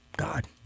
God